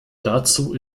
dazu